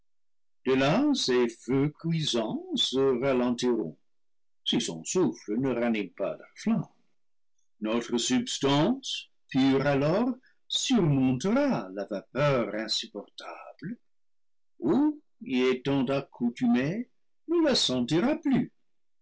ces feux cuisants se ralentiront si son souffle ne ranime pas leurs flammes notre substance pure alors surmontera la vapeur insupportable ou y étant accoutumée ne la sentira plus